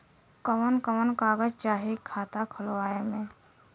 कवन कवन कागज चाही खाता खोलवावे मै?